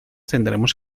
tendremos